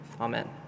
Amen